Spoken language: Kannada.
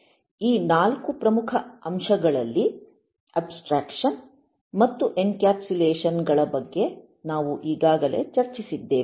ಈ ನಾಲ್ಕು ಪ್ರಮುಖ ಅಂಶಗಳಲ್ಲಿ ಅಬ್ಸ್ತ್ರಾಕ್ಷನ್ ಮತ್ತು ಎಂಕ್ಯಾಪ್ಸುಲೇಶನ್ಗಳ ಬಗ್ಗೆ ನಾವು ಈಗಾಗಲೇ ಚರ್ಚಿಸಿದ್ದೇವೆ